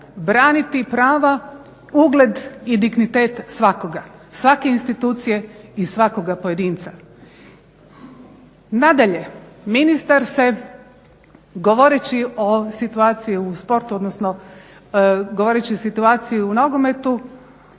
braniti prava, ugled i dignitet svakoga, svake institucije i svakog pojedinca. Nadalje, ministar se govoreći o situaciji u sportu odnosno govoreći o situaciji u nogometu